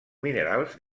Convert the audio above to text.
minerals